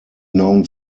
known